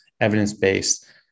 evidence-based